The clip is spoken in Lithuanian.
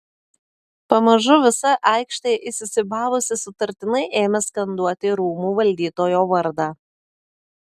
pamažu visa aikštė įsisiūbavusi sutartinai ėmė skanduoti rūmų valdytojo vardą